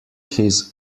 his